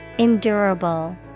Endurable